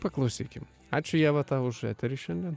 paklausykim ačiū ieva tau už eterį šiandien